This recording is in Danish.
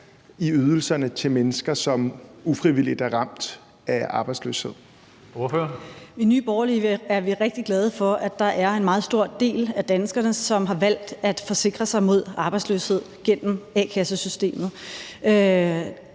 Ordføreren. Kl. 20:25 Pernille Vermund (NB): I Nye Borgerlige er vi rigtig glade for, at der er en meget stor del af danskerne, som har valgt at forsikre sig mod arbejdsløshed gennem a-kassesystemet.